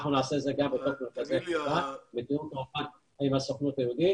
אנחנו נעשה את זה באותם מרכזי קליטה בתיאום עם הסוכנות היהודית.